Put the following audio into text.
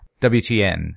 WTN